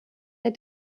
der